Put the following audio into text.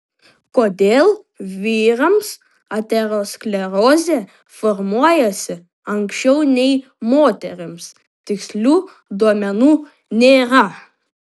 kodėl vyrams aterosklerozė formuojasi anksčiau nei moterims tikslių duomenų nėra